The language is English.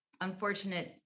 unfortunate